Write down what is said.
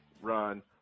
Run